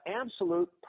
absolute